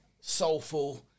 soulful